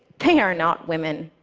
they are not women.